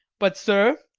but, sir,